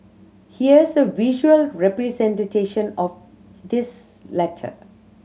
here's a visual representation of this letter